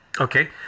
Okay